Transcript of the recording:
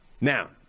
Now